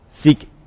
seek